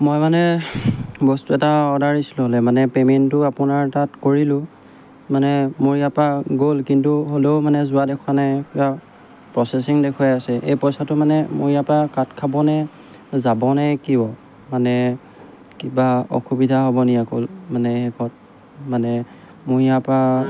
মই মানে বস্তু এটা অৰ্ডাৰ দিছিলোঁ হ'লে মানে পে'মেণ্টটো আপোনাৰ তাত কৰিলোঁ মানে মোৰ ইয়াৰপৰা গ'ল কিন্তু হ'লেও মানে যোৱা দেখুওৱা নাই প্ৰচেচিং দেখুৱাই আছে এই পইচাটো মানে মোৰ ইয়াৰপৰা কাট খাবনে যাবনে কিয় মানে কিবা অসুবিধা হ'ব নেকি আকৌ মানে শেষত মানে মোৰ ইয়াৰপৰা